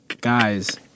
Guys